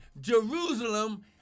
Jerusalem